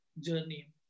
journey